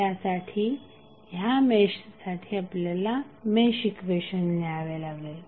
त्यासाठी ह्या मेशसाठी आपल्याला मेश इक्वेशन लिहावे लागेल